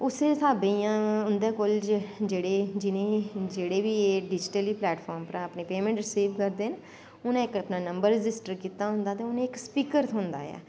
उस्सै हिसाबे दियां उंदै कोल जेह्ड़े बी एह् डिजटली प्लैटफार्म परा अपनी पेमैंट रसीब करदे न उनैं इक अपना नंबर गजिस्टर कीता दा होंदां ते उंनें इक स्पीकर थ्होंदा ऐ